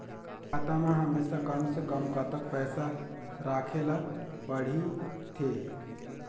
खाता मा हमेशा कम से कम कतक पैसा राखेला पड़ही थे?